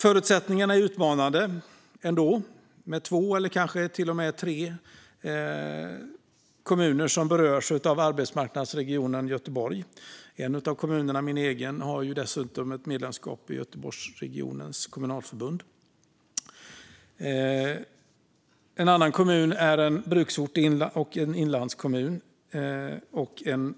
Förutsättningarna är ändå utmanande med två eller kanske till och med tre kommuner som berörs av arbetsmarknadsregionen Göteborg. En av kommunerna, min egen hemkommun, har dessutom ett medlemskap i Göteborgsregionens kommunalförbund. En annan kommun är en bruksort och en inlandskommun. En